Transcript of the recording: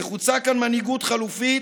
נחוצה כאן מנהיגות חלופית,